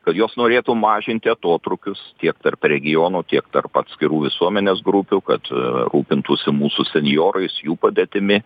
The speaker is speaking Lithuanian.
kad jos norėtų mažinti atotrūkius tiek tarp regionų tiek tarp atskirų visuomenės grupių kad rūpintųsi mūsų senjorais jų padėtimi